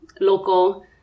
local